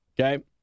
okay